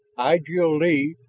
i, jil-lee,